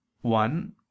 One